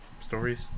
stories